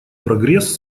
прогресс